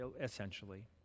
essentially